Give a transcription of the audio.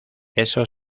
eso